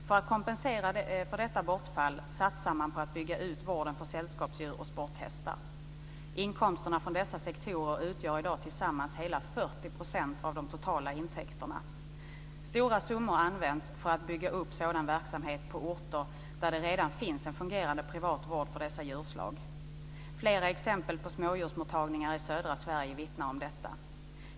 För att kompensera för detta bortfall satsar man på att bygga ut vården för sällskapsdjur och sporthästar. Inkomsterna från dessa sektorer utgör i dag tillsammans 40 % av de totala intäkterna. Stora summor används för att bygga upp sådan verksamhet på orter där det redan finns en fungerande privatvård för dessa djurslag. Flera exempel på smådjursmottagningar i södra Sverige vittnar om detta.